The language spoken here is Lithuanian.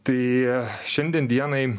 tai šiandien dienai